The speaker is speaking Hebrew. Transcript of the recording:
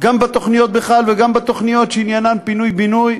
גם בתוכניות בכלל וגם בתוכניות שעניינן פינוי-בינוי,